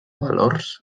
valors